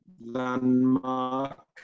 landmark